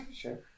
sure